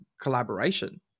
collaboration